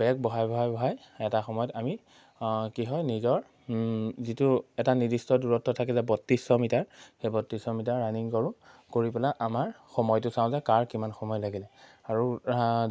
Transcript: বেগ বঢ়াই বঢ়াই বঢ়াই এটা সময়ত আমি কি হয় নিজৰ যিটো এটা নিৰ্দিষ্ট দূৰত্ব থাকে যে বত্ৰিছশ মিটাৰ সেই বত্ৰিছশ মিটাৰ ৰানিং কৰোঁ কৰি পেলাই আমাৰ সময়টো চাওঁ যে কাৰ কিমান সময় লাগিলে আৰু